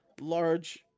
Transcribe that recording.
large